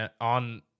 on